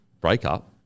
breakup